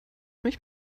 mich